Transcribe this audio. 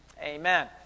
amen